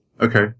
Okay